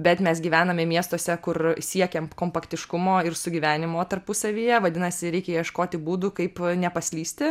bet mes gyvename miestuose kur siekiam kompaktiškumo ir sugyvenimo tarpusavyje vadinasi reikia ieškoti būdų kaip nepaslysti